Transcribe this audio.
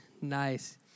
Nice